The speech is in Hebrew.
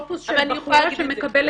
אבל אני יכולה להגיד את זה.